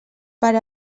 per